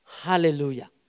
Hallelujah